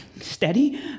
steady